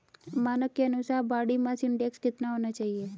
मानक के अनुसार बॉडी मास इंडेक्स कितना होना चाहिए?